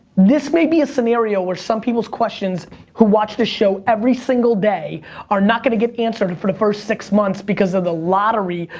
this may be a scenario where some people's questions who watch the show every single day are not gonna get answered for the first six months, because of the lottery,